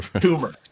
Tumor